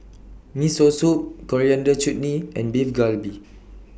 Miso Soup Coriander Chutney and Beef Galbi